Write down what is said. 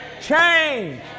change